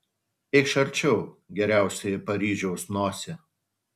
eikš arčiau geriausioji paryžiaus nosie